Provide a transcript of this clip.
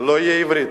לא תהיה עברית?